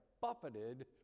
buffeted